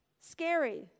Scary